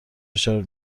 دچار